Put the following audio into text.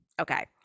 Okay